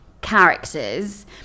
characters